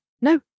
No